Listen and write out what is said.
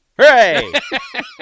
Hooray